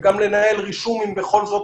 אין תשובות, זה מרגיז, תקענו את